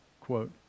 quote